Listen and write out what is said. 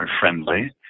friendly